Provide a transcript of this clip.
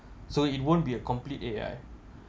so it won't be a complete A_I